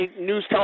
news